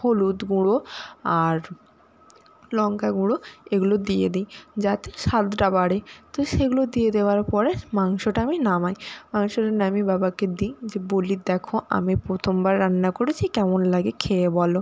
হলুদ গুঁড়ো আর লঙ্কা গুঁড়ো এগুলো দিয়ে দিই যাতে স্বাদটা বাড়ে তো সেগুলো দিয়ে দেওয়ার পরে মাংসটা আমি নামাই মাংসটা নামিয়ে বাবাকে দিই যে বলি দেখো আমি প্রথমবার রান্না করেছি কেমন লাগে খেয়ে বলো